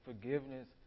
Forgiveness